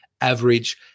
average